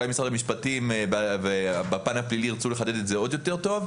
אולי משרד המשפטים בפן הפלילי ירצו לחדד את זה עוד יותר טוב,